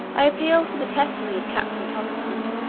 i appeal to the testimony of capt. and thompson,